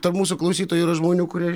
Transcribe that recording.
tarp mūsų klausytojų yra žmonių kurie